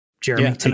jeremy